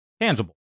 tangible